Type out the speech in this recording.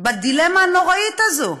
בדילמה הנוראית הזאת,